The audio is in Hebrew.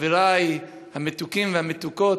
חברי המתוקים והמתוקות,